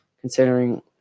considering